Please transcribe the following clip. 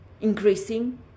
increasing